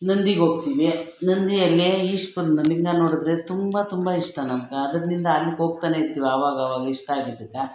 ನಂದಿಗೋಗ್ತಿವಿ ನಂದಿಯಲ್ಲಿ ಈಶ್ವರನ ಲಿಂಗ ನೋಡಿದ್ರೆ ತುಂಬ ತುಂಬ ಇಷ್ಟ ನಮ್ಕ ಅದರಿಂದ ಅಲ್ಲಿಗೋಗ್ತಾನೆ ಇರ್ತಿವಿ ಆವಾಗಾವಾಗ ಇಷ್ಟ ಆಗಿದ್ದಕ್ಕೆ